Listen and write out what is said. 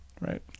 right